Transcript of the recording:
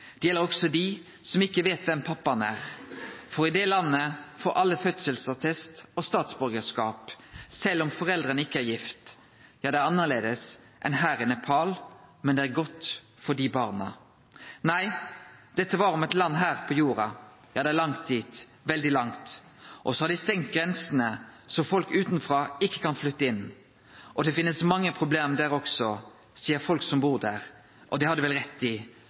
Det gjelder også de som ikke vet hvem pappa’n er. For i det landet får alle fødselsattest og statsborgerskap, selv om foreldrene ikke er gift. Ja, det er annerledes enn her i Nepal. Men det er godt for de barna. Nei, dette var om et land her på jorda. Ja, det er langt dit. Veldig langt. Og så har de stengt grensene, så folk utenfra ikke kan flytte inn. Og det finnes mange problemer der også, sier folk som bor der. Og det har de vel rett i.